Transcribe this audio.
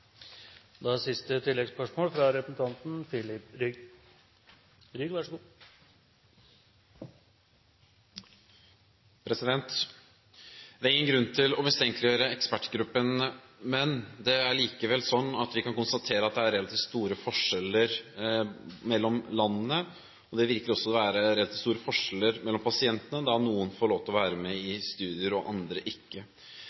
Filip Rygg – til siste oppfølgingsspørsmål. Det er ingen grunn til å mistenkeliggjøre ekspertgruppen. Men vi kan likevel konstatere at det er relativt store forskjeller mellom landene, og det virker også å være relativt store forskjeller mellom pasientene, da noen får lov til å være med